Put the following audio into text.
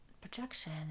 projection